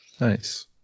Nice